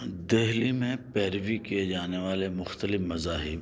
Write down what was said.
دہلی میں پیروی کئے جانے والے مختلف مذاہب